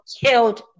killed